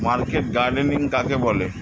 Market gardening কাকে বলে?